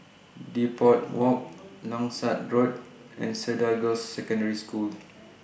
Depot Walk Langsat Road and Cedar Girls' Secondary School